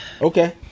Okay